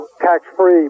tax-free